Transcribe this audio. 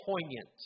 poignant